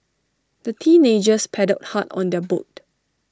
the teenagers paddled hard on their boat